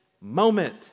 moment